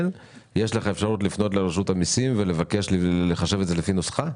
יש לך אפשרות לפנות לרשות המיסים ולבקש לחשב את זה לפי נוסחה?